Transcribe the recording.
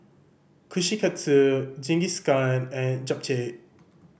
Kushikatsu Jingisukan and Japchae